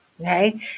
Okay